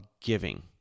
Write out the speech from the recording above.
giving